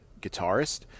guitarist